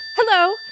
Hello